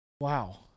Wow